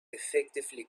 effectively